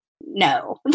no